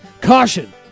Caution